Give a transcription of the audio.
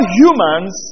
humans